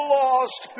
lost